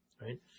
right